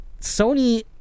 Sony